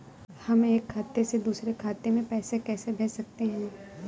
हम एक खाते से दूसरे खाते में पैसे कैसे भेज सकते हैं?